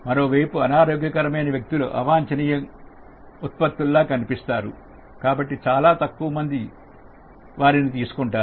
మరోవైపు అనారోగ్యకరమైన వ్యక్తులు అవాంఛనీయ ఉత్పత్తి లా కనిపిస్తారు కాబట్టి చాలా తక్కువ మంది వారిని తీసుకుంటారు